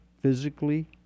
physically